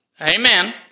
Amen